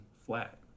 flat